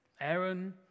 Aaron